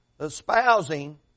espousing